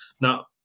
Now